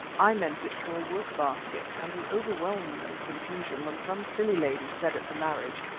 i meant it for a work-basket, and was overwhelmed with confusion when some silly lady said at the marriage,